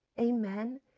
Amen